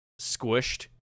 squished